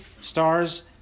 stars